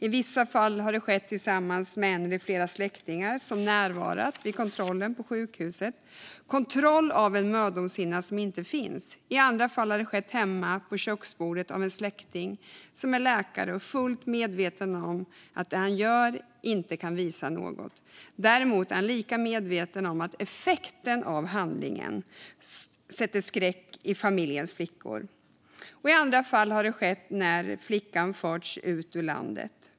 I vissa fall har det skett tillsammans med en eller flera släktingar som närvarat vid kontrollen på sjukhuset - kontroll av en mödomshinna som inte finns! I andra fall har det skett hemma på köksbordet av en släkting som är läkare och fullt medveten om att det han gör inte kan visa något. Däremot är han lika medveten om att effekten av handlingen sätter skräck i familjens flickor. I andra fall har det skett när flickan har förts ut ur landet.